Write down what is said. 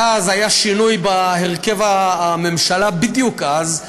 ואז היה שינוי בהרכב הממשלה, בדיוק אז.